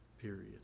period